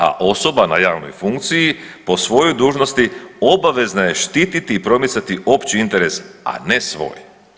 A osoba na javnoj funkciji, po svojoj dužnosti, obavezna je štiti i promicati opći interes, a ne svoj.